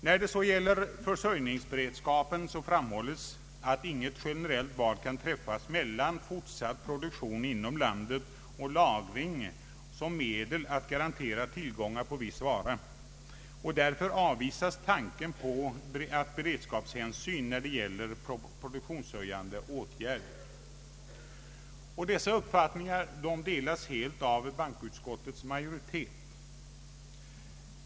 I fråga om försörjningsberedskapen framhålles att inget generellt val kan träffas mellan fortsatt produktion inom landet och lagring som medel att garantera tillgång på viss vara. Därför avvisas tanken på beredskapshänsyn när det gäller produktionshöjande åtgärder. Dessa uppfattningar biträcdes helt av bankoutskotiets majoritet.